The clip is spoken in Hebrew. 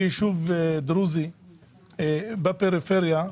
כיישוב דרוזי בפריפריה,